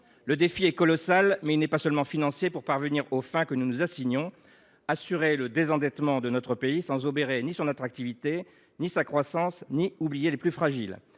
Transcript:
Le défi est colossal, mais il n’est pas seulement d’ordre financier si l’on veut parvenir aux fins que nous nous assignons : assurer le désendettement de notre pays sans obérer ni son attractivité ni sa croissance, et sans oublier les plus fragiles.